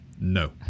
No